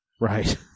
Right